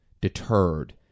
deterred